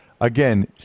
Again